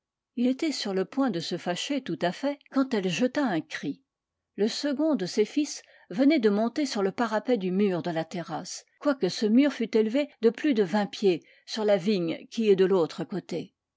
il était sur le point de se fâcher tout à fait quand elle jeta un cri le second de ses fils venait de monter sur le parapet du mur de la terrasse et y courait quoique ce mur fût élevé de plus de vingt pieds sur la vigne qui est de l'autre côté